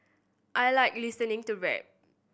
I like listening to rap